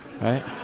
Right